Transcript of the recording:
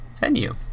venue